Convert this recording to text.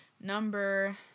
number